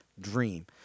dream